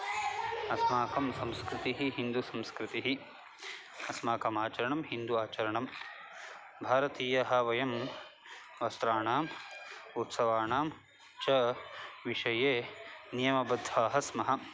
अस्माकं संस्कृतिः हिन्दुसंस्कृतिः अस्माकम् आचरणं हिन्दु आचरणं भारतीयः वयं वस्त्राणाम् उत्सवानां च विषये नियमबद्धाः स्मः